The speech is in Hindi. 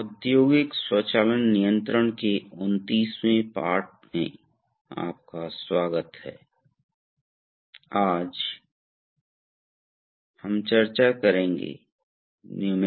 कीवर्ड्स सिलेंडर प्रवाह नियंत्रण वाल्व पायलट दबाव दबाव अंतर लूप प्रतिक्रिया नियंत्रण सर्वो वाल्व